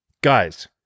Guys